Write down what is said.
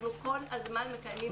אנחנו כל הזמן מקיימים דיונים.